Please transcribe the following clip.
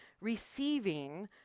receiving